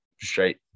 straight